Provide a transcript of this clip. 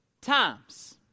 times